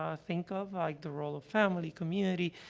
ah think of, like the role of family, community,